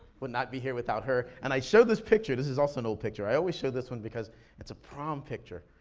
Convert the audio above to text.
would not be here without her. and i show this picture, this is also an old picture. i always show this one, because it's a prom picture.